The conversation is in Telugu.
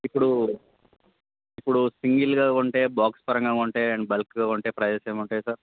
ఇప్పుడు ఇప్పుడు సింగల్గా కొంటే బాక్స్ పరంగా కొంటే అండ్ బల్క్గా కొంటే ప్రైసెస్ ఏమి ఉంటాయి సార్